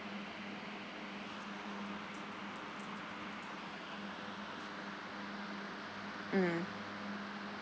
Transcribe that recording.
mm